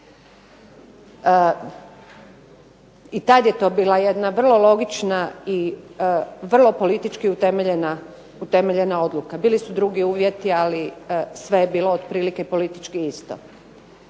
i tad je to bila jedna vrlo logična i vrlo politički utemeljena odluka. Bili su drugi uvjeti, ali sve je bilo otprilike politički isto.